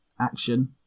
action